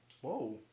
whoa